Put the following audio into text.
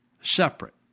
separate